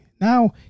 Now